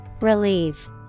Relieve